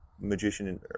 magician